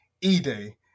E-Day